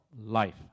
life